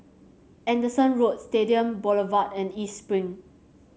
Anderson Road Stadium Boulevard and East Spring